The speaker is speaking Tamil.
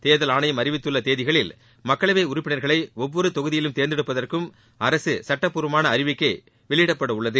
தேர்தல் ஆணையம் அறிவித்துள்ள தேதிகளில் மக்களவை உறுப்பினர்களை ஒவ்வொரு தொகுதியிலும் தேர்ந்தெடுப்பதற்கும் அரசு சுட்டப்பூர்வமான அறிவிக்கை வெளியிடப்பட உள்ளது